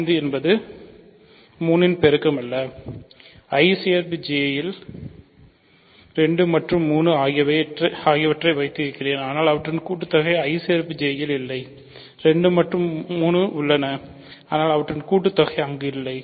2 மற்றும் 3 உள்ளன ஆனால் அவற்றின் கூட்டுத்தொகை அங்கு இல்லை